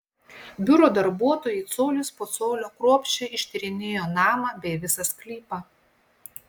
biuro darbuotojai colis po colio kruopščiai ištyrinėjo namą bei visą sklypą